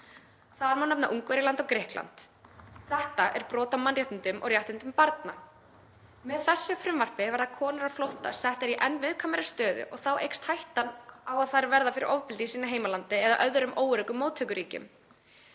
Þar má nefna Ungverjaland og Grikkland. Þetta er brot á mannréttindum og réttindum barna. Með þessu frumvarpi verða konur á flótta settar í enn viðkvæmari stöðu og þá eykst hættan [á] að þær verði fyrir ofbeldi í sínu heimalandi eða öðrum óöruggum móttökuríkjum.